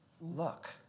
look